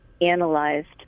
analyzed